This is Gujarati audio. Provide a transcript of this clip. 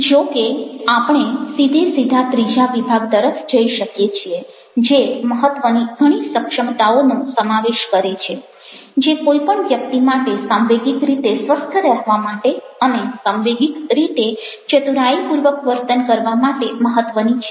જો કે આપણે સીધેસીધા ત્રીજા વિભાગ તરફ જઈ શકીએ છીએ જે મહત્વની ઘણી સક્ષમતાઓનો સમાવેશ કરે છે જે કોઈ પણ વ્યક્તિ માટે સાંવેગિક રીતે સ્વસ્થ રહેવા માટે અને સાંવેગિક રીતે ચતુરાઈપૂર્વક વર્તન કરવા માટે મહત્વની છે